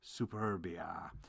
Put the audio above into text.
Superbia